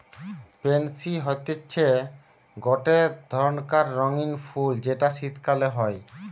pansy হতিছে গটে ধরণকার রঙ্গীন ফুল যেটা শীতকালে হই